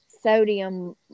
sodium